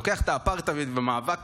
לוקח את האפרטהייד ואת המאבק